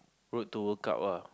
road to World-Cup ah